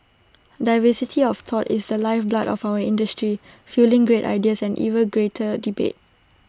diversity of thought is the lifeblood of our industry fuelling great ideas and even greater debate